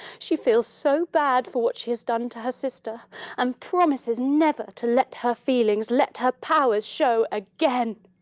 she feels so bad for what she has done to her sister and promises never to let her feelings, let her powers show again.